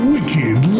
Wicked